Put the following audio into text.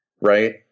right